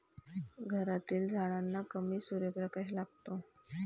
घरातील झाडांना कमी सूर्यप्रकाश लागतो